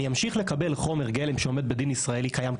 אני אמשיך לקבל חומר גלם שעומד בדין ישראל קיים,